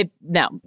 No